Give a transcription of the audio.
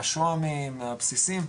-- מהבסיסים,